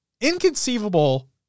Inconceivable